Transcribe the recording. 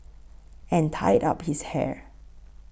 and tied up his hair